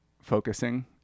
focusing